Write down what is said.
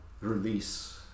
release